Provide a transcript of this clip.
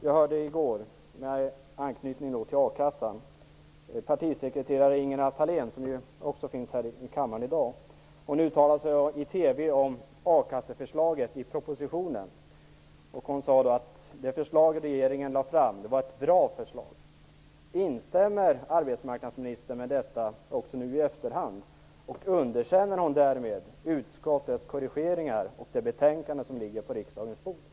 Jag hörde i går, fru talman, partisekreterare Ingela Thalén, som ju också finns här i kammaren i dag, uttala sig i TV om a-kasseförslaget i propositionen. Hon sade då att det förslag regeringen lade fram var ett bra förslag. Instämmer arbetsmarknadsministern med detta också nu i efterhand? Underkänner hon därmed utskottets korrigeringar och det betänkande som ligger på riksdagens bord?